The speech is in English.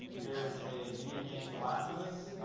there's a video game, the last of us,